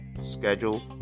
schedule